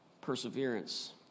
perseverance